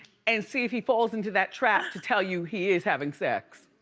and see if he falls into that trap to tell you he is having sex.